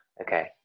Okay